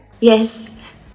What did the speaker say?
Yes